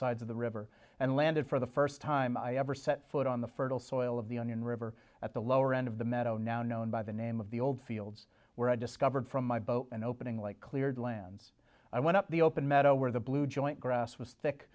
sides of the river and landed for the first time i ever set foot on the fertile soil of the onion river at the lower end of the meadow now known by the name of the old fields where i discovered from my boat and opening like cleared lands i went up the open meadow where the blue joint grass was thick